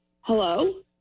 Hello